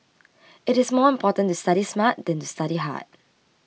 it is more important to study smart than to study hard